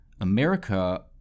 america